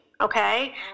Okay